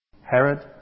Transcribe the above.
Herod